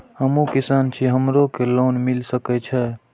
हमू किसान छी हमरो के लोन मिल सके छे?